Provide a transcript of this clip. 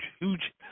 huge